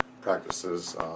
practices